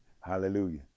Hallelujah